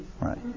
Right